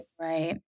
Right